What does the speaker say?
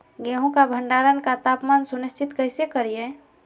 गेहूं का भंडारण का तापमान सुनिश्चित कैसे करिये?